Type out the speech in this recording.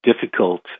difficult